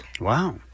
Wow